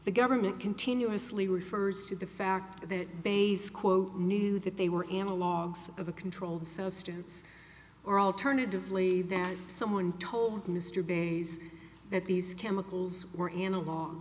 the government continuously refers to the fact that bay's quote knew that they were analogs of a controlled substance or alternatively that someone told mr bays that these chemicals were analogue